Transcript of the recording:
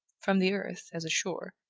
from the earth, as a shore,